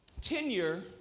tenure